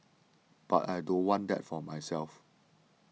but I don't want that for myself